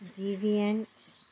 Deviant